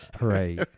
Right